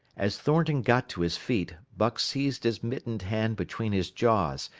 as thornton got to his feet, buck seized his mittened hand between his jaws,